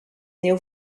new